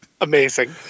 Amazing